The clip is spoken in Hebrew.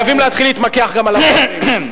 חייבים להתחיל להתמקח גם על המחירים.